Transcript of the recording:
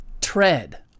tread